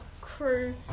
Crew